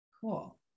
Cool